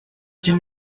qu’ils